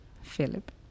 Philip